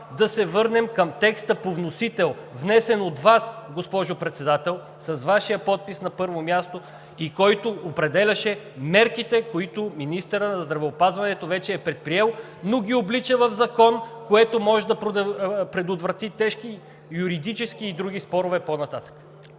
да се върнем към текста по вносител, внесен от Вас, госпожо Председател, с Вашия подпис на първо място, който определяше мерките, които министърът на здравеопазването вече е предприел, но ги облича в закон, което може да предотврати тежки юридически и други спорове по-нататък.